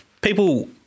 people-